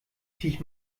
viech